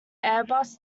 airbus